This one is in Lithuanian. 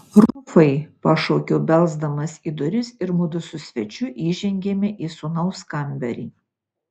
rufai pašaukiau belsdamas į duris ir mudu su svečiu įžengėme į sūnaus kambarį